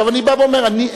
עכשיו אני בא ואומר: אני,